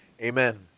amen